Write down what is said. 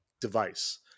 device